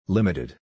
Limited